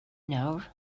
nawr